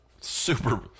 Super